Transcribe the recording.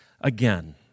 again